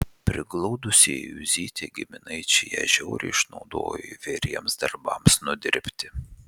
priglaudusieji juzytę giminaičiai ją žiauriai išnaudojo įvairiems darbams nudirbti